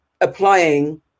applying